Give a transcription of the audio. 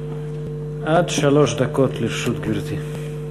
עד שלוש דקות לרשות גברתי.